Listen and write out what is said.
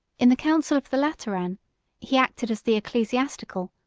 in the council of the lateran he acted as the ecclesiastical,